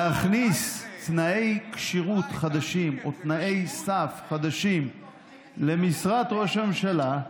להכניס תנאי כשירות חדשים או תנאי סף חדשים למשרת ראש הממשלה,